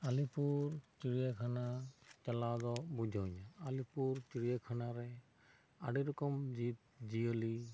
ᱟᱞᱤᱯᱩᱨ ᱪᱤᱲᱤᱭᱟᱠᱷᱟᱱᱟ ᱪᱟᱞᱟᱣ ᱫᱚ ᱵᱩᱡᱷᱟᱹᱧᱟ ᱟᱞᱤᱯᱩᱨ ᱪᱤᱲᱤᱭᱟᱠᱷᱟᱱᱟ ᱨᱮ ᱟᱹᱰᱤ ᱨᱚᱠᱚᱢ ᱡᱤᱵᱽ ᱡᱤᱭᱟᱹᱞᱤ